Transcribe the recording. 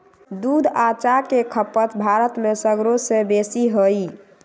दूध आ चाह के खपत भारत में सगरो से बेशी हइ